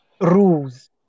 rules